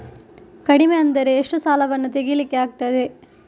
ಕಡಿಮೆ ಅಂದರೆ ಎಷ್ಟು ಸಾಲವನ್ನು ತೆಗಿಲಿಕ್ಕೆ ಆಗ್ತದೆ?